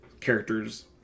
characters